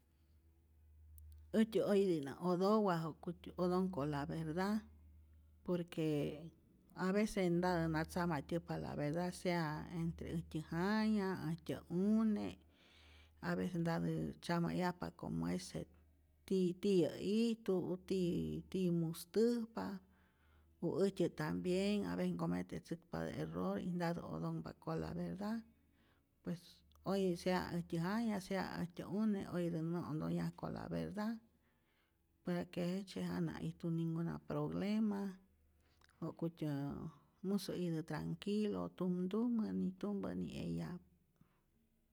Äjtyä oyetä'ijna otowä ja'kutyä otonh con la verda, por que avece ntatä na tzajmatyäjpa la verda, sea entre äjtyä jaya, äjtyä une', avece ntatä tzyajmayajpa como es je ti tiyä ijtu u ti tiyä mustäjpa, u äjtyä tambien avece ncometetzäkpatä error y ntatä otonhpa con la verda, pues oye sea äjtyä jaya, sea äjtyä une' oyetä nä otonhyaj con la verdad, para que jejtzye jana ijtu ninguna problema, ja'kutyä musä itä tranquilo tumtumä, ni tumä ni eyapä.